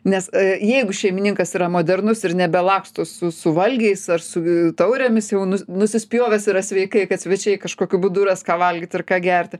nes jeigu šeimininkas yra modernus ir nebelaksto su su valgiais ar su taurėmis jau nusispjovęs yra sveikai kad svečiai kažkokiu būdu ras ką valgyt ir ką gerti